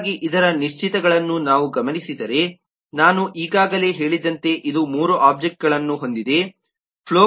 ಹಾಗಾಗಿ ಇದರ ನಿಶ್ಚಿತಗಳನ್ನು ನಾವು ಗಮನಿಸಿದರೆ ನಾನು ಈಗಾಗಲೇ ಹೇಳಿದಂತೆ ಇದು ಮೂರು ಒಬ್ಜೆಕ್ಟ್ಗಳನ್ನು ಹೊಂದಿದೆ